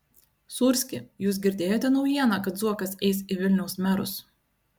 sūrski jūs girdėjote naujieną kad zuokas eis į vilniaus merus